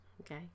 Okay